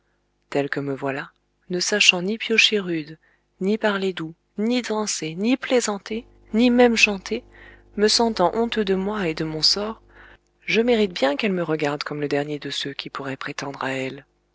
tel que me voilà ne sachant ni piocher rude ni parler doux ni danser ni plaisanter ni même chanter me sentant honteux de moi et de mon sort je mérite bien qu'elle me regarde comme le dernier de ceux qui pourraient prétendre à elle